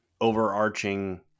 overarching